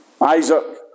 Isaac